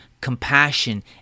compassion